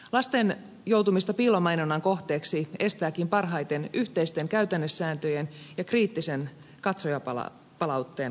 lasten joutumista piilomainonnan kohteeksi estetäänkin parhaiten yhteisten käytännesääntöjen ja kriittisen katsojapalautteen kautta